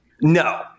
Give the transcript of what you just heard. No